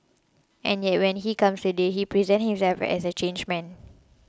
and yet when he comes today he presents himself as a changed man